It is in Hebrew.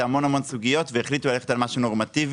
זה המון המון סוגיות והחליטו ללכת על משהו נורמטיבי,